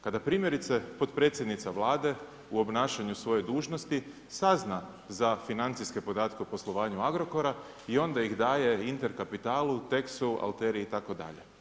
Kada primjerice potpredsjednica Vlade u obnašanju svoje dužnosti sazna za financijske podatke u poslovanju Agrokora i onda ih daje Intercapitalu, Texu, Alteri itd.